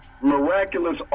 miraculous